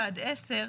למה אין כאן נציג